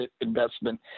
investment